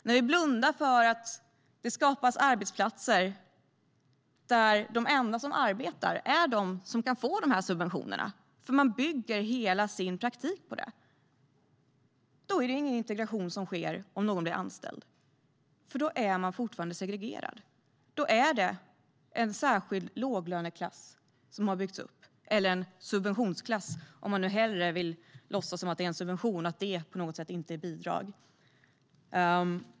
När vi blundar för att det skapas arbetsplatser där de enda som arbetar är de som kan få de här subventionerna, eftersom arbetsgivaren bygger hela sin praktik på det, då är det ingen integration som sker om någon blir anställd, för då är man fortfarande segregerad. Då är det en särskild låglöneklass som har byggts upp, eller en subventionsklass om vi nu hellre vill låtsas att en subvention på något sätt inte är ett bidrag.